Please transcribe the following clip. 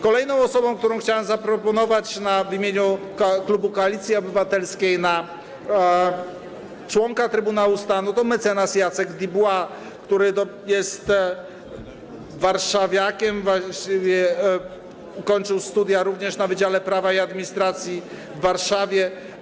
Kolejną osobą, którą chciałem zaproponować w imieniu klubu Koalicji Obywatelskiej na członka Trybunału Stanu, jest mecenas Jacek Dubois, który jest warszawiakiem, ukończył również studia na Wydziale Prawa i Administracji w Warszawie.